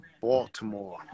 Baltimore